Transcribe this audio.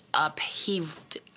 upheaved